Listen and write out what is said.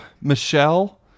Michelle